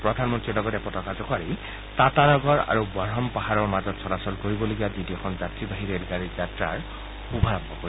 প্ৰধানমন্ত্ৰীয়ে লগতে পতাকা জোকাৰি টাটা নগৰ আৰু বড়মপাহাৰৰ মাজত চলাচল কৰিবলগীয়া দ্বিতীয়খন যাত্ৰীবাহী ৰেলগাড়ীৰ যাত্ৰাৰ শুভাৰম্ভ কৰিব